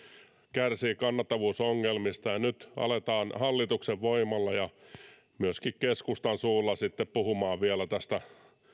kärsii kannattavuusongelmista niin nyt aletaan hallituksen voimalla ja myöskin keskustan suulla sitten puhumaan vielä tästä